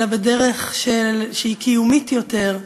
אלא בדרך שהיא קיומית יותר,